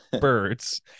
birds